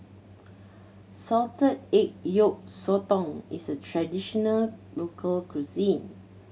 salted egg yolk sotong is a traditional local cuisine